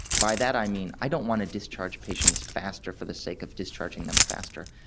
by that i mean i don't want to discharge patients faster for the sake of discharging them faster,